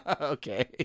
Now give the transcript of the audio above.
okay